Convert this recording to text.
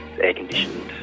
air-conditioned